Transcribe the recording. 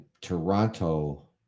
Toronto